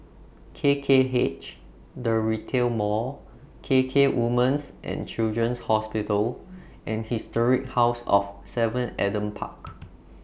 K K H The Retail Mall K K Women's and Children's Hospital and Historic House of seven Adam Park